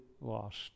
lost